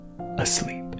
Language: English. asleep